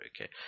Okay